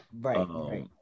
right